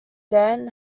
dan